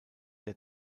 der